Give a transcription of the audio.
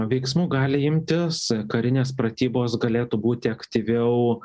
veiksmų gali imtis karinės pratybos galėtų būti aktyviau